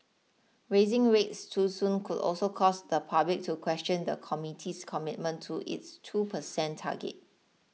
Raising rates too soon could also cause the public to question the committee's commitment to its two percent target